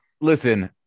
listen